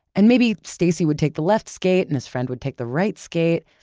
and maybe stacy would take the left skate, and his friend would take the right skate,